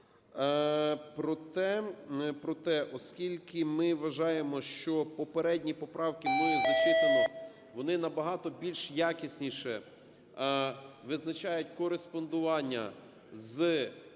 Проте, оскільки ми вважаємо, що попередні поправки, мною зачитані, вони набагато більш якісніше визначають кореспондування з